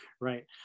right